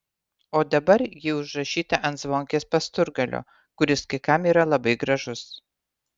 o dabar ji užrašyta ant zvonkės pasturgalio kuris kai kam yra labai gražus